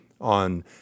on